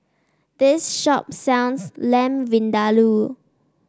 this shop sells Lamb Vindaloo